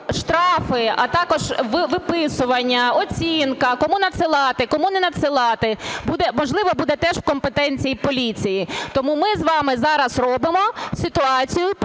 штрафи, а також виписування, оцінка, кому надсилати, кому не надсилати, важливо, буде теж в компетенції поліції. Тому ми з вами зараз робимо ситуацію,